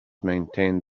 maintained